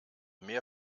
mehr